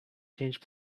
change